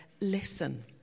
Listen